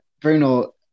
Bruno